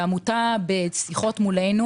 אם בשיחות מולנו